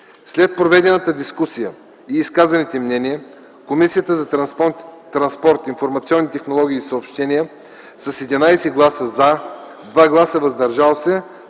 След проведената дискусия и изказаните мнения Комисията по транспорт, информационни технологии и съобщения с 11 гласа „за”, без „против” и 2 гласа „въздържали се”